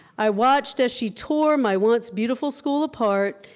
i watched as she tore my once beautiful school apart.